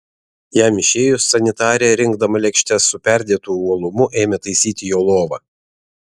jam išėjus sanitarė rinkdama lėkštes su perdėtu uolumu ėmė taisyti jo lovą